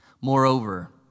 Moreover